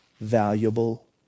valuable